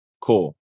cool